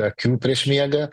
akių prieš miegą